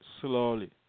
slowly